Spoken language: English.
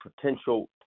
potential